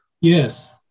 Yes